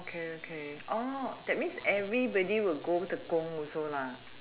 okay okay oh that means everybody will go tekong also